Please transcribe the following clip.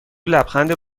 لبخند